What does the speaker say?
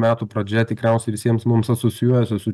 metų pradžioje tikriausiai visiems mums asocijuojasi su